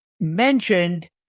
mentioned